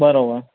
બરાબર